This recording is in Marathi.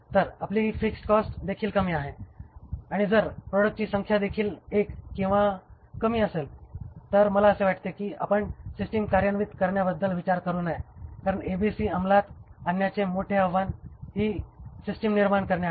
तर आपली फिक्स्ड कॉस्ट देखील कमी आहे आणि जर प्रॉडक्टची संख्या देखील एक किंवा कमी असेल तर मला असे वाटते की आपण सिस्टिम कार्यान्वित करण्याबद्दल विचार करू नये कारण ABC अंमलात आणण्याचे मोठे आव्हान ही सिस्टिम निर्माण करणे आहे